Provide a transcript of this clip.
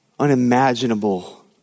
unimaginable